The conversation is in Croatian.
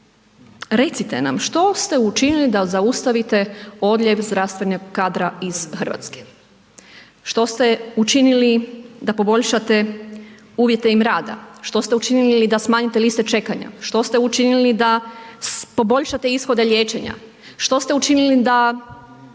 Recite nam što se učinili da zaustavite odljev zdravstvenog kadra iz Hrvatske? Što ste učini da im poboljšate uvjete rada? Što ste učinili da smanjite liste čekanja? Što ste učinili da poboljšate ishode liječenja? Što ste učinili da